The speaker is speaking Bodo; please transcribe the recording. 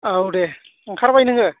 औ दे ओंखारबाय नोङो